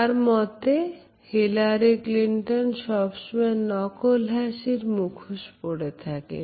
এর মতে Hillary Clinton সবসময় নকল হাসির মুখোশ পড়ে থাকেন